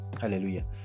Hallelujah